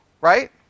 right